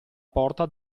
porta